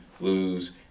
lose